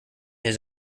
his